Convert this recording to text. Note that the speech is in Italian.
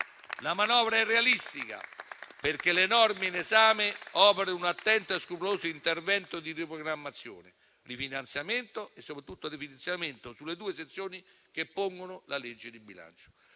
La manovra è realistica perché le norme in esame operano un attento e scrupoloso intervento di riprogrammazione, rifinanziamento e soprattutto definanziamento sulle due sezioni che compongono il disegno di legge di bilancio.